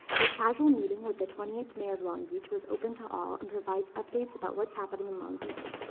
this casual meeting with the twenty eighth mayor of long beach was open to all, and provides updates about what's happening in long beach,